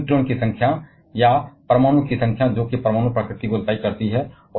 लेकिन न्यूट्रॉन की संख्या या नाभिक की संख्या जो परमाणु प्रकृति को तय करती है